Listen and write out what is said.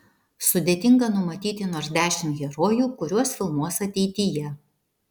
sudėtinga numatyti nors dešimt herojų kuriuos filmuos ateityje